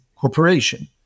corporation